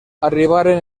arribaren